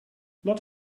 not